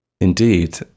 Indeed